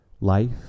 Life